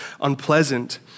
unpleasant